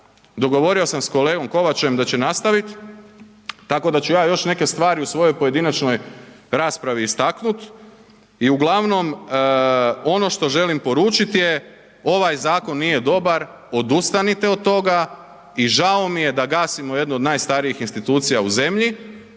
Dogovorio sam sa kolegom Kovačem da će nastavit, tako da ću ja još neke stvari u svojoj pojedinačnoj raspravi istaknut. I uglavnom ono što želim poručit je ovaj zakon nije dobar, odustanite od toga i žao mi je da gasimo jednu od najstarijih institucija u zemlji